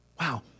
wow